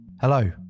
Hello